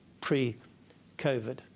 pre-COVID